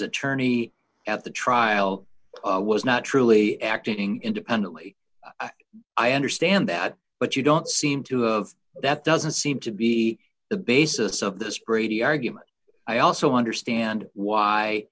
attorney at the trial was not truly acting independently i understand that but you don't seem to of that doesn't seem to be the basis of this brady argument i also understand why